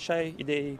šiai idėjai